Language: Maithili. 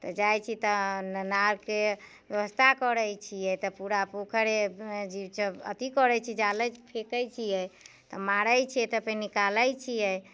तऽ जाइ छी तऽ नऽ नाव के व्यवस्था करै छियै तऽ पूरा पोखरि अथी करै छियै जाले फेकै छियै तऽ मारै छियै फेन निकालै छियै